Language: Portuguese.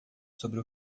sobre